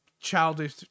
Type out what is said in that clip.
childish